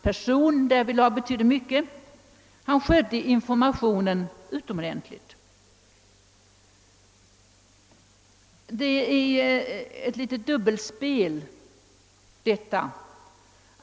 Det var allas uppfattning att han skötte informationen på ett utomordentligt sätt.